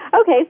Okay